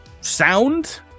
sound